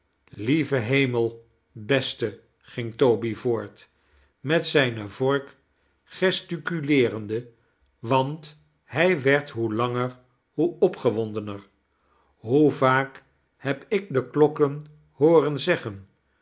lieve hemel beste ging toby voort met zijne vork gesticuleerende want hij werd hoe langer hoe opgewondener hoe vaak heb ik de klokken hooren zeggen